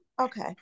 Okay